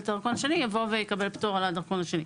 דרכון שני יבוא ויקבל פטור על הדרכון השני.